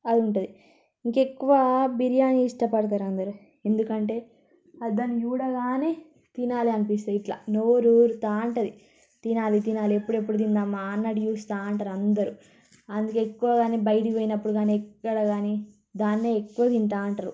అదుంటుంది ఇంకెక్కువ బిర్యాని ఇష్టపడతారందరు ఎందుకంటే అది దాన్ని చూడగానే తినాలి అనిపిస్తుంది ఇట్లా నోరూరుతూ ఉంటుంది తినాలి తినాలి ఎప్పుడెప్పుడు తిందామా అన్నట్టు చూస్తూ ఉంటారు అందరూ అందుకే ఎక్కువగాని బయటకు పోయినప్పుడు గానీ ఎక్కడ గానీ దాన్నే ఎక్కువ తింటూ ఉంటారు